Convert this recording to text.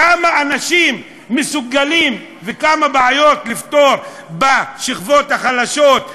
כמה אנשים וכמה בעיות מסוגלים לפתור בשכבות החלשות,